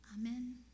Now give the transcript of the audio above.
Amen